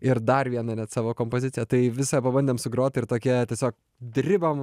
ir dar vieną net savo kompoziciją tai visą pabandėm sugrot ir tokie tiesiog dribom